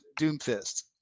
Doomfist